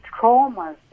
traumas